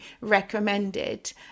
recommended